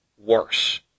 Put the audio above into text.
worse